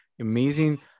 amazing